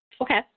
Okay